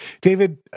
David